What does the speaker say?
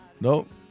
Nope